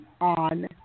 on